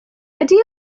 ydi